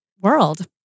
world